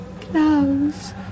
Klaus